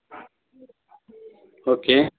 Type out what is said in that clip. okay